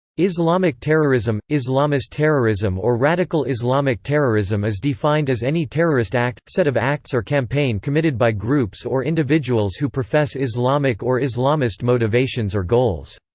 islamic terrorism, islamist terrorism or radical islamic terrorism is defined as any terrorist act, set of acts or campaign committed by groups or individuals who profess islamic or islamist motivations or goals.